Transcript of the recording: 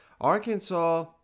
Arkansas